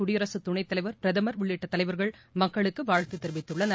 குடியரக் துணைத்தலைவர் பிரதமர் உள்ளிட்ட தலைவர்கள் மக்களுக்கு வாழ்த்து தெரிவித்துள்ளனர்